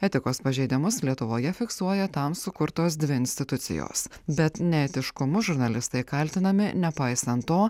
etikos pažeidimus lietuvoje fiksuoja tam sukurtos dvi institucijos bet neetiškumu žurnalistai kaltinami nepaisant to